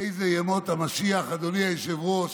איזה ימות המשיח, אדוני היושב-ראש,